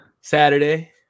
Saturday